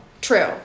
True